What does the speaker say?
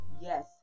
yes